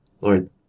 Lord